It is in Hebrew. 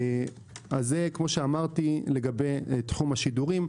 זה לגבי תחום השידורים.